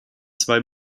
zwei